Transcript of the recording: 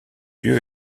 lieu